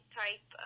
type